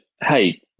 hey